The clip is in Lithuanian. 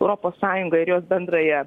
europos sąjungą ir jos bendrąją